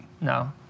No